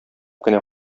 кенә